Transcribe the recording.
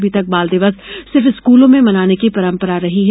अभी तक बाल दिवस सिर्फ स्कूलों में मनाने की परम्परा रही है